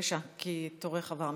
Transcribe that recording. בבקשה, כי תורך עבר קודם.